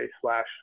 slash